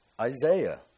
Isaiah